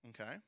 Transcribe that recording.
Okay